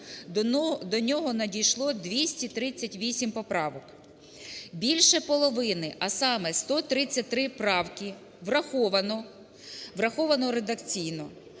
до нього надійшло 238 поправок. Більше половини, а саме: 133 правки враховано, враховано